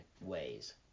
ways